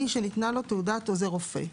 מי שניתנה לו תעודת עוזר רופא.